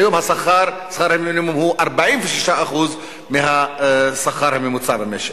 והיום שכר המינימום הוא 46% מהשכר הממוצע במשק.